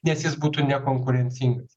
nes jis būtų nekonkurencingas